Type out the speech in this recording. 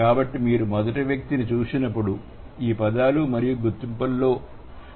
కాబట్టి మీరు మొదటి వ్యక్తిని చూసినప్పుడు ఈ పదాలు మరియు గుర్తింపులలో ఈ పదాలు